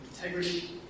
integrity